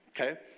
Okay